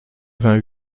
vingt